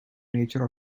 nature